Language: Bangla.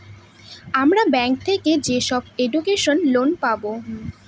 আমরা ব্যাঙ্ক থেকে যেসব এডুকেশন লোন পাবো